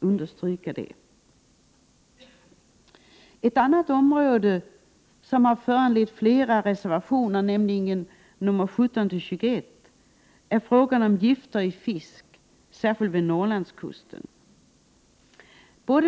understryka det. Ett annat område som har föranlett flera reservationer, nämligen nr 17—21, är frågan om gifter i fisk, särskilt vid Norrlandskusten.